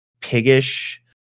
piggish